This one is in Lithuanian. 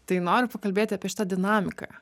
tai noriu pakalbėti apie šitą dinamiką